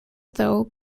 though